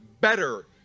better